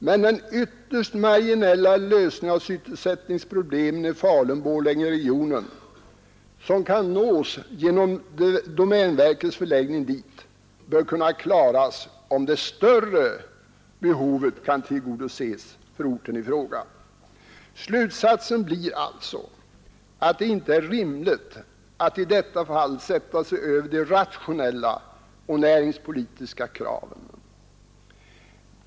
Men den ytterst marginella lösning av sysselsättningsproblem i Falun-Borlängeregionen som kan ernås genom domänverkets förläggning dit bör kunna klaras om det större behovet kan tillgodoses för orten i fråga. Slutsatsen blir alltså att det inte är rimligt att i detta fall sätta sig över de rationella och näringspolitiska kraven.